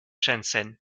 shenzhen